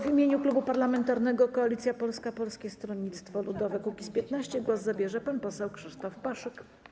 W imieniu Klubu Parlamentarnego Koalicja Polska - Polskie Stronnictwo Ludowe - Kukiz15 głos zabierze pan poseł Krzysztof Paszyk.